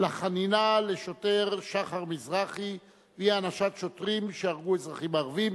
לתת חנינה לשוטר שחר מזרחי ואי-הענשת שוטרים שהרגו אזרחים ערבים.